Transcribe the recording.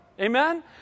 amen